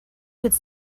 could